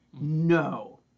No